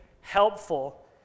helpful